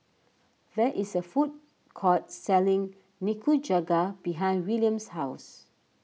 there is a food court selling Nikujaga behind Willam's house